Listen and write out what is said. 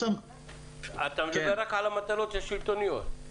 אתה מדבר רק על המטלות השלטוניות.